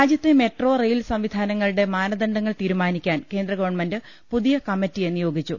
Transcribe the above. രാജ്യത്തെ metro rail സംവിധാനങ്ങളുടെ മാനദണ്ഡങ്ങൾ തീരു മാനിക്കാൻ കേന്ദ്രഗവൺമെന്റ് പുതിയ കമ്മിറ്റിയെ നിയോഗിച്ചു